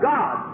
God